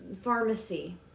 pharmacy